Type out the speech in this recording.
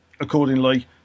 accordingly